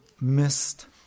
missed